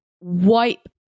wipe